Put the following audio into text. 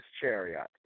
chariot